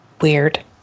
weird